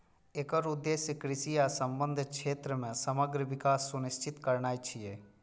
एकर उद्देश्य कृषि आ संबद्ध क्षेत्र मे समग्र विकास सुनिश्चित करनाय छियै